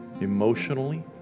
emotionally